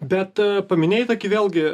bet paminėjai vėlgi